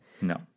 No